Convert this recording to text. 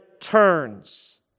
turns